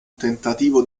tentativo